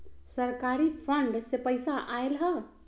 सरकारी फंड से पईसा आयल ह?